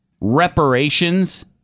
reparations